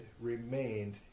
remained